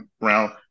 round